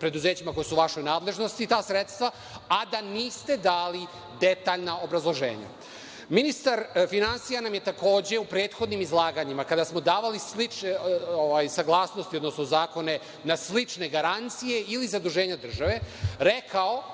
preduzećima koja su u vašoj nadležnosti ta sredstva, a da niste dali detaljna obrazloženja. Ministar finansija nam je takođe u prethodnim izlaganjima kada smo davali slične saglasnosti, odnosno zakone na slične garancije ili zaduženja države, rekao,